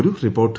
ഒരു റിപ്പോർട്ട്